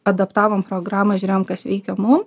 adaptavom programą žiūrėjom kas veikia mum